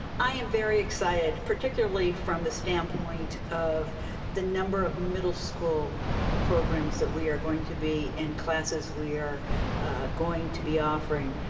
i am very excited, particularly from the standpoint of the number of middle school programs that we are going to be, and classes we are going to be offering